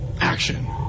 action